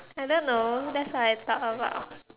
I don't know that's what I thought about